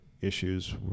issues